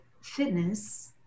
fitness